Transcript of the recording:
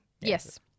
Yes